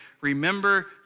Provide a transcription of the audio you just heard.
Remember